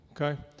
okay